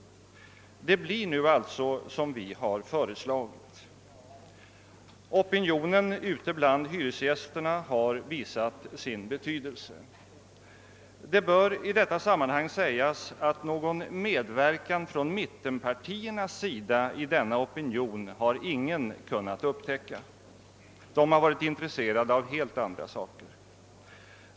Det blir nu alltså som vi föreslagit. Opino nen ute bland hyresgästerna har visat sin betydelse. Det bör i detta sammanhang sägas, att ingen kunnat upptäcka någon medverkan från mittenpartiernas sida när det gällt att skapa denna opinion. De har varit intresserade av helt andra saker.